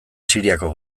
siriako